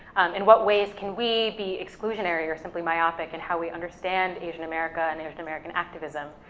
in what ways can we be exclusionary or simply myopic in how we understand asian america and asian american activism,